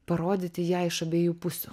parodyti ją iš abiejų pusių